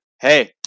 Hey